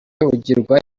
ugirwa